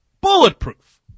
Bulletproof